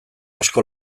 asko